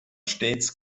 stets